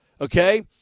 okay